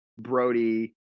brody